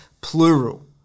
plural